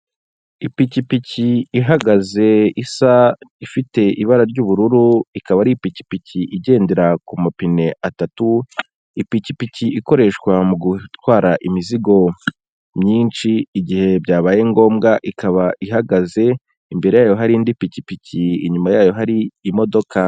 Ipikipiki ihagaze isa ifite ibara ry'ubururu ikaba ari ipikipiki igendera ku mapine atatu, ipikipiki ikoreshwa mu gutwara imizigo myinshi igihe byabaye ngombwa ikaba ihagaze imbere yayo hari indi pikipiki inyuma yayo hari imodoka.